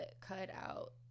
cut-out